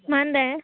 मा होनदों